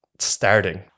starting